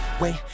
wait